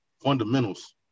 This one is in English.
fundamentals